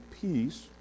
peace